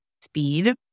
speed